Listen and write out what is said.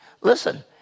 Listen